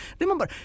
remember